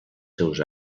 seus